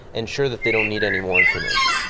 and sure that they don't need any more information.